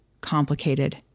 complicated